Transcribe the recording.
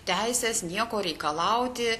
teisės nieko reikalauti